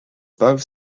both